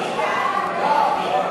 נתקבלו.